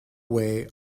way